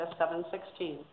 7.16